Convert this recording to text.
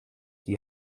die